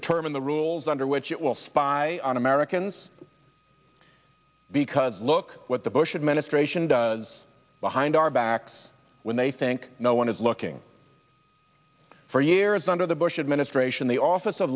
determine the rules under which it will spy on americans because look what the bush administration does behind our backs when they think no one is looking for years under the bush administration the